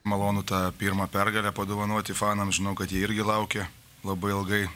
malonu tą pirmą pergalę padovanoti fanams žinau kad jie irgi laukė labai ilgai